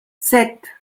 sept